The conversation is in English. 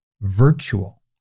virtual